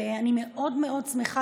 ואני מאוד מאוד שמחה,